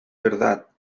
verdad